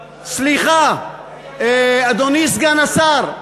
סליחה, אדוני סגן השר,